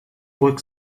ruhig